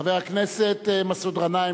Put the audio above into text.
חבר הכנסת מסעוד גנאים,